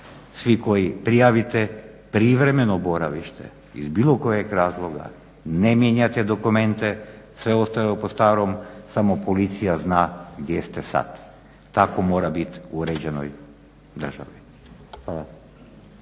Svi koji prijavite privremeno boravište iz bilo kojeg razloga, ne mijenjate dokumente, sve ostaje po starom samo policija zna gdje ste sada. Tako mora biti u uređenoj državi.